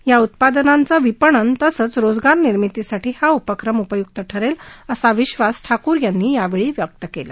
या उत्पादनांचं विपणन तसंच रोजगार निर्मितीसाठी हा उपक्रम उपयुक्त ठरेल असा विश्वास ठाकूर यांनी यावेळी व्यक्त केला